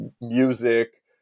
music